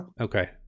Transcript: Okay